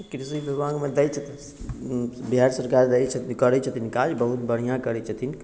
कृषि विभागमे दैत छथिन बिहार सरकार रहैत छथिन करैत छथिन काज बहुत बढ़िआँ करैत छथिन